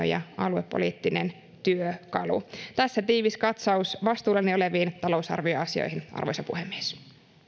ja aluepoliittinen työkalu tässä tiivis katsaus vastuullani oleviin talousarvioasioihin arvoisa puhemies ja